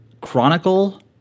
Chronicle